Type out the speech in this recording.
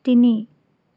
তিনি